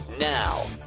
Now